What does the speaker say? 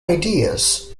ideas